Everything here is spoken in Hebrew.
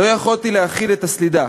לא יכולתי להכיל את הסלידה,